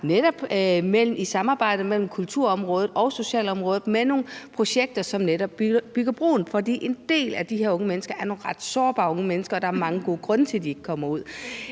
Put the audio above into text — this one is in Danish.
har i samarbejdet mellem kulturområdet og socialområdet med nogle projekter, som netop bygger bro? For en del af de her unge mennesker er nogle ret sårbare unge mennesker, og der er mange gode grunde til, at de ikke kommer ud.